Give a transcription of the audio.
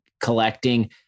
collecting